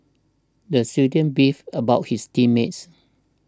the student beefed about his team mates